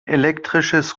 elektrisches